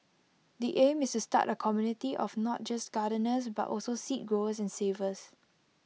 the aim is to start A community of not just gardeners but also seed growers and savers